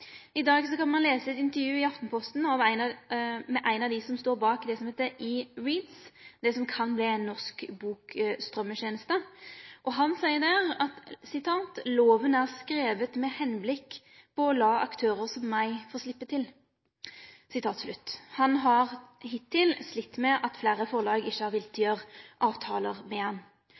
I dag kan ein lese eit intervju i Aftenposten med ein av dei som står bak det som heiter eReadz, det som kan verte ein norsk bokstrømmeteneste. Han seier der: «Loven er skrevet med henblikk på å la aktører som meg slippe til.» Han har hittil slite med at fleire forlag ikkje har vilja gjere avtalar med han.